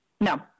no